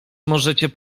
możecie